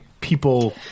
people